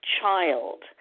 child